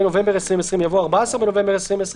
התשפ"א (1 בנובמבר 2020)" יבוא "כ"ז בחשוון